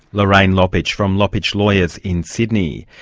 lorraine lopich from lopich lawyers in sydney.